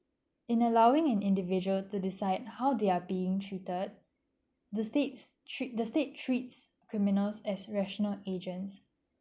in allowing an individual to decide how they're being treated the state tre~ the state treats criminals as rational agents